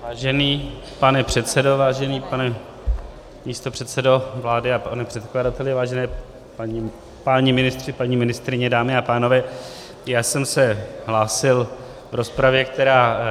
Vážený pane předsedo, vážený pane místopředsedo vlády a pane předkladateli, vážení páni ministři, paní ministryně, dámy a pánové, já jsem se hlásil v rozpravě, která...